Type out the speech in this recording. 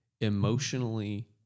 emotionally